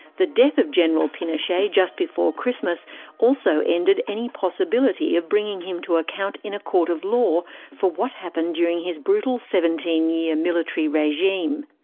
the death of general pinochet just before christmas also ended any possibility of bringing him to account in a court of law for what happened during his brutal seventeen year military regime.